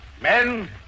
Men